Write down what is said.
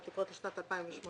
את התקרות לשנת 2018,